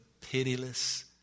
pitiless